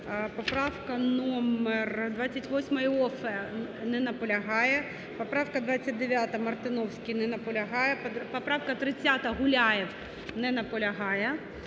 Поправка номер 28, Іоффе. Не наполягає. Поправка 29, Мартиновський. Не наполягає. Поправка 30, Гуляєв. Не наполягає.